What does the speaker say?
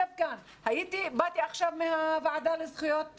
באתי עכשיו מהוועדה לזכויות הילד.